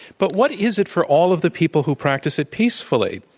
but what is it, for all of the people who practice it peacefully?